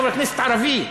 חבר כנסת ערבי,